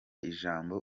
ijambo